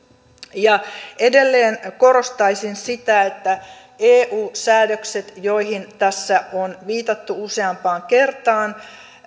edelleen korostaisin sitä että eu säädökset joihin tässä on viitattu useampaan kertaan